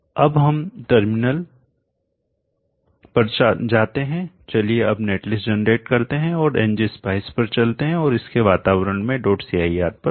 अब हम टर्मिनल पर जाते हैं चलिए अब नेटलिस्ट जनरेट करते हैं और ngspice पर चलते हैं और इसके वातावरण में cir पर चलते हैं